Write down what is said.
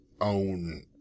own